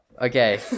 Okay